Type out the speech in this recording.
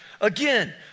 again